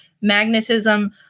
magnetism